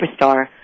superstar